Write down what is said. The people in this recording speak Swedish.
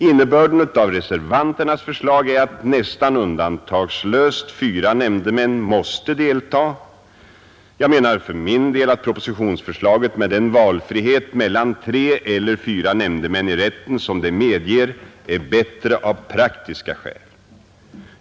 Innebörden av reservanternas förslag är att nästan undantagslöst fyra nämndemän måste deltaga. Jag anser för min del att propositionsförslaget med den valbarhet mellan tre och fyra nämndemän i rätten som det medger är bättre av praktiska skäl.